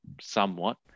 somewhat